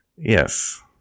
Yes